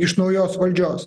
iš naujos valdžios